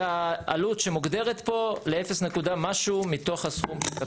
העלות שמוגדרת פה לאפס נקודה משהו מתוך הסכום.